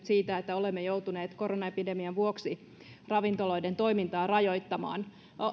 siitä että olemme joutuneet koronaepidemian vuoksi ravintoloiden toimintaa rajoittamaan